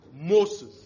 Moses